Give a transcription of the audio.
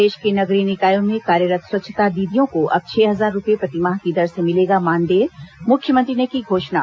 प्रदेश के नगरीय निकायों में कार्यरत् स्वच्छता दीदियों को अब छह हजार रूपये प्रतिमाह की दर से मिलेगा मानदेय मुख्यमंत्री ने की घोषणा